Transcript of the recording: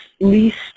least